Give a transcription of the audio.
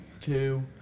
two